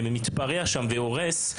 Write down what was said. מתפרע והורס,